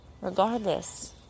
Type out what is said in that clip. regardless